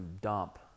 dump